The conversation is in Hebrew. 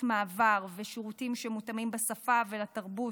מעבר ושירותים שמותאמים בשפה ולתרבות.